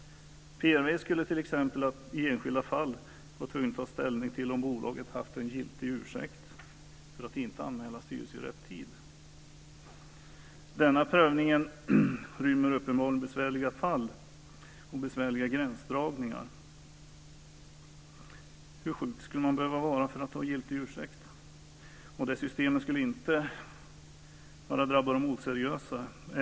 PRV skulle t.ex. i enskilda fall vara tvunget att ta ställning till om bolaget haft en giltig ursäkt för att inte anmäla styrelse i rätt tid. Denna prövning rymmer uppenbarligen besvärliga fall och besvärliga gränsdragningar. Hur sjuk ska man behöva vara för att ha en giltig ursäkt? Ett sådant system skulle inte bara drabba oseriösa bolag.